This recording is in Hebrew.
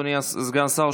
אדוני סגן השר,